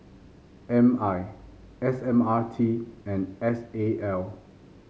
M I S M R T and S A L